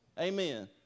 Amen